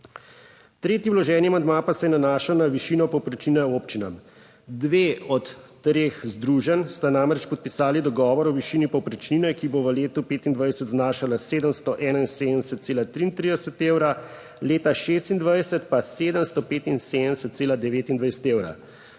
Tretji vloženi amandma pa se nanaša na višino povprečnine občinam. Dve od treh združenj sta namreč podpisali dogovor o višini povprečnine, ki bo v letu 2025 znašala 771,33 evra, leta 2026 pa 775,29 evra.